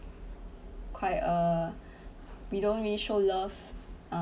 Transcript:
quite uh we don't really show love uh